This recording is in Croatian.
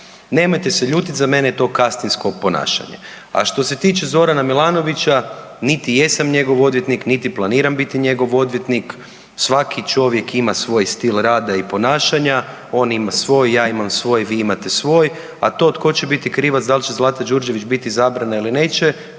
Nemojte se ljutiti za mene je kastvinsko ponašanje. A što se tiče Zorana Milanovića niti jesam njegov odvjetnik, niti planiram biti njegov odvjetnik, svaki čovjek ima svoj stil rada i ponašanja, on ima svoj, ja imam svoj, vi imate svoj, a to tko će biti krivac da li će Zlata Đurđević biti izabrana ili neće